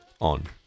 on